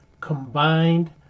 combined